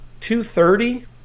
2.30